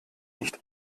nicht